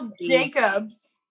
jacobs